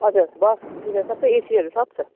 हजुर बसतिर सबै एसीहरू सब छ